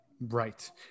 Right